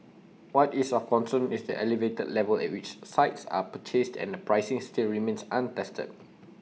what is of concern is the elevated level at which sites are purchased and the pricing still remains untested